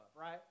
right